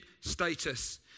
status